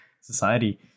society